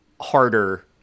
harder